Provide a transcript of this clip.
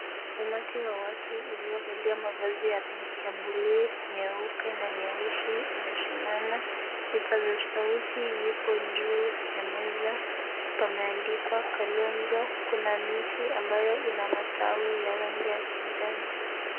Umati wa watu waliovalia mavazi ya rangi ya buluu, nyeupe na nyeusi umesimama. Vipaza sauti vipo juu ya meza . Pameandikwa Kalonzo, kuna miti ambayo ina matawi ya rangi ya kijani.